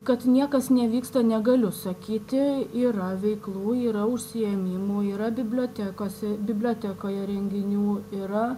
kad niekas nevyksta negaliu sakyti yra veiklų yra užsiėmimų yra bibliotekose bibliotekoje renginių yra